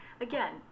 Again